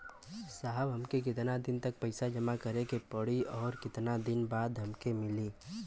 साहब हमके कितना दिन तक पैसा जमा करे के पड़ी और कितना दिन बाद हमके मिली?